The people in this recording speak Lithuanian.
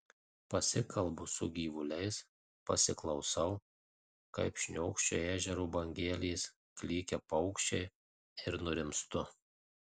pasikalbu su gyvuliais pasiklausau kaip šniokščia ežero bangelės klykia paukščiai ir nurimstu